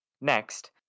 Next